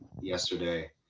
yesterday